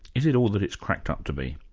is it all that it's cracked up to be?